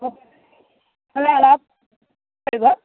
অলপ পাৰিব